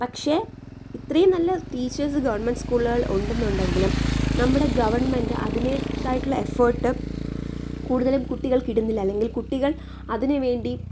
പക്ഷേ ഇത്രയും നല്ല ടീച്ചേഴ്സ് ഗവൺമെൻറ്റ് സ്കൂളുകൾ ഉണ്ടെന്നുണ്ടെങ്കിലും നമ്മുടെ ഗവണ്മെന്റ് അതിന്റേതായിട്ടുള്ള എഫേര്ട്ട് കൂടുതലും കുട്ടികള്ക്ക് ഇടുന്നില്ല കുട്ടികള് അതിന് വേണ്ടി